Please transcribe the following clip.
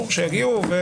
שיגיעו.